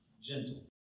gentle